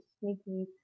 sneaky